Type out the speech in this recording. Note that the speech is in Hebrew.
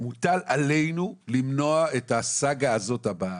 ומוטל עלינו למנוע את הסאגה הזאת הבאה.